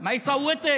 ומי שלא רוצה לתמוך